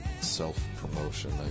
self-promotion